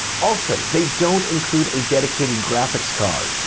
also, they don't include a dedicated graphics card,